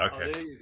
Okay